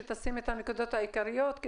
שתשימי את הנקודות העיקריות.